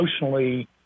emotionally